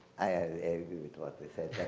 i agree with what they said,